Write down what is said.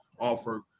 offer